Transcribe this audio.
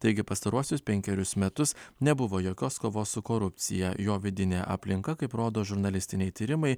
taigi pastaruosius penkerius metus nebuvo jokios kovos su korupcija jo vidinė aplinka kaip rodo žurnalistiniai tyrimai